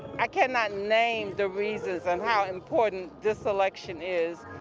i cannot name the reasons on how important this election is.